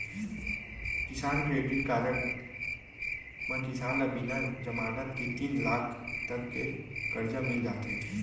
किसान credit card म किसान ल बिना जमानत के तीन लाख तक के करजा मिल जाथे